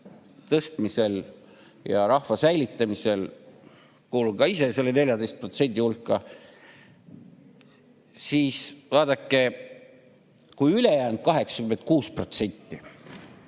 tõstmisel ja rahva säilitamisel – kuulun ka ise selle 14% hulka –, vaadake, kui ülejäänud 86%